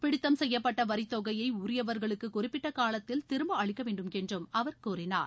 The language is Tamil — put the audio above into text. பிடித்தம் செய்யப்பட்ட வரித்தொகையை உரியவர்களுக்கு குறிப்பட்ட காலத்தில் திரும்ப அளிக்கவேண்டும் என்றும் அவர் கூறினார்